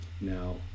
now